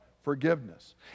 forgiveness